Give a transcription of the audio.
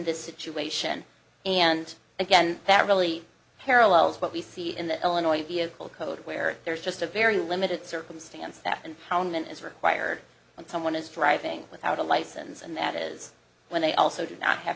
this situation and again that really parallels what we see in the illinois vehicle code where there is just a very limited circumstance that in poundland is required when someone is driving without a license and that is when they also do not have